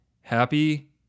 Happy